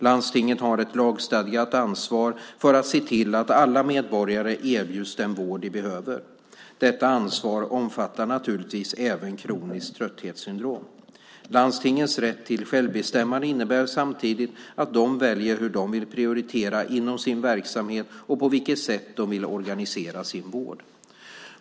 Landstingen har ett lagstadgat ansvar för att se till att alla medborgare erbjuds den vård de behöver. Detta ansvar omfattar naturligtvis även kroniskt trötthetssyndrom. Landstingens rätt till självbestämmande innebär samtidigt att de väljer hur de vill prioritera inom sin verksamhet och på vilket sätt de vill organisera sin vård.